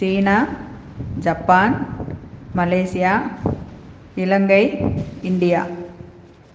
China Japan Malaysia Ilangai India